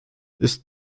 ist